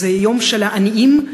זה היום של העניים,